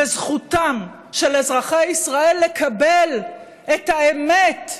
וזכותם של אזרחי ישראל לקבל את האמת,